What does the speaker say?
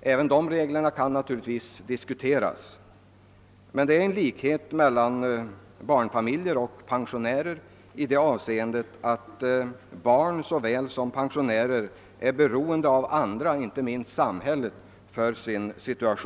Även dessa regler kan naturligtvis diskuteras, men det föreligger en likhet mellan barnfamiljer och pensionärer i det avseendet att barn såväl som pensionärer är beroende av ekonomisk hjälp från andra, inte minst från samhället.